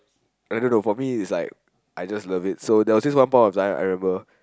I don't know for me it's like I just love it so there was this one point of time I remember